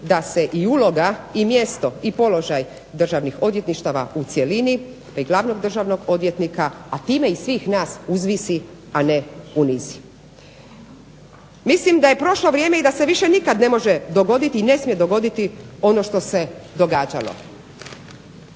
da se uloga i mjesto i položaj Državnih odvjetništava u cjelini pa i glavnog državnog odvjetnika a time i svih nas uzvisi a ne unizi. Mislim da je prošlo vrijeme i da se više nikada ne može dogoditi i ne smije dogoditi ono što se događalo.